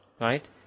Right